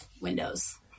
windows